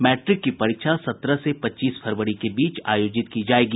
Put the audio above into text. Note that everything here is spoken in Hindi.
मैट्रिक की परीक्षा सत्रह से पच्चीस फरवरी के बीच आयोजित की जायेगी